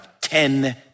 ten